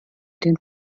den